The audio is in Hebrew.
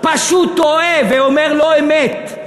פשוט טועה ואומר לא-אמת.